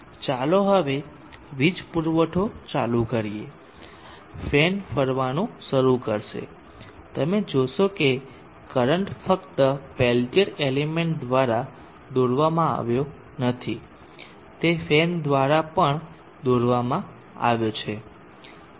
ચાલો હવે વીજ પુરવઠો ચાલુ કરીએ ફેન ફરવાનું શરૂ કરશે તમે જોશો કે કરંટ ફક્ત પેલ્ટીઅર એલિમેન્ટ દ્વારા દોરવામાં આવ્યો નથી તે ફેન દ્વારા પણ દોરવામાં આવ્યો છે